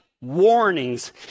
warnings